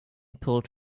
pulled